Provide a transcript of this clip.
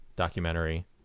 Documentary